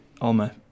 Alma